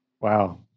Wow